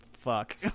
fuck